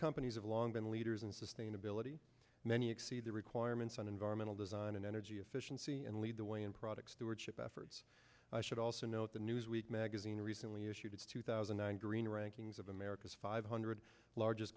companies have long been leaders in sustainability many exceed their requirements on environmental design and energy efficiency and lead the way in products that were chip efforts i should also note the newsweek magazine recently issued its two thousand and green rankings of america's five hundred largest